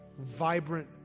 vibrant